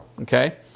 okay